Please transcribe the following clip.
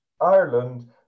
Ireland